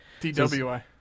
DWI